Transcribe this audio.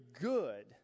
good